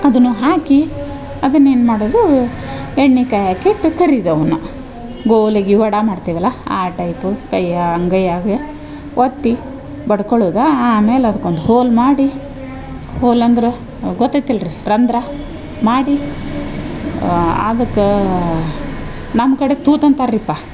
ಅದನ್ನು ಹಾಕಿ ಅದನ್ನ ಏನು ಮಾಡೋದೂ ಎಣ್ಣೆ ಕಾಯಕ್ಕೆ ಇಟ್ಟು ಕರಿದ ಅವುನ್ನ ಗೋಲ್ಯಗಿ ವಡೆ ಮಾಡ್ತಿವಲ್ಲಾ ಆ ಟೈಪು ಕೈಯ ಅಂಗೈಯಾಗೆ ಒತ್ತಿ ಬಡ್ಕೊಳುದು ಆಮೇಲೆ ಅದ್ಕೊಂದು ಹೋಲ್ ಮಾಡಿ ಹೋಲ್ ಅಂದ್ರ ಗೊತ್ತೈತೆ ಅಲ್ರಿ ರಂದ್ರ ಮಾಡಿ ಆಗಕ್ ನಮ್ಮ ಕಡೆ ತೂತು ಅಂತರ್ರಿಪ್ಪ